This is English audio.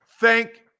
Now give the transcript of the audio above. Thank